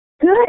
Good